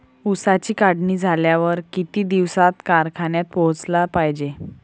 ऊसाची काढणी झाल्यावर किती दिवसात कारखान्यात पोहोचला पायजे?